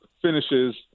finishes